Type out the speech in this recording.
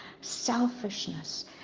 selfishness